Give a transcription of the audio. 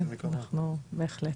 כן, בהחלט.